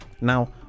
now